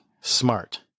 Smart